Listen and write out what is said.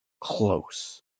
close